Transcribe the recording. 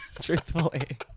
truthfully